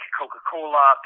coca-cola